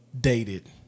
dated